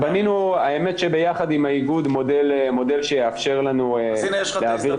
בנינו יחד עם האיגוד מודל שיאפשר לנו להעביר